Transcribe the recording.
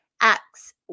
Acts